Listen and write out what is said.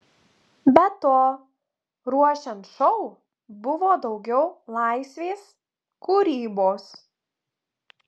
be to ruošiant šou buvo daugiau laisvės kūrybos